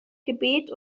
gebet